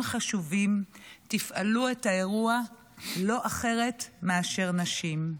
חשובים תפעלו את האירוע לא אחרות מאשר נשים,